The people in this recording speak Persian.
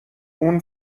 اون